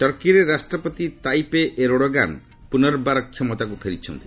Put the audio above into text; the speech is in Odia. ଟର୍କୀରେ ରାଷ୍ଟ୍ରପତି ତାଇପ୍ ଏର୍ଡୋଗାନ୍ ପୁନର୍ବାର କ୍ଷମତାକୁ ଫେରିଛନ୍ତି